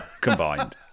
combined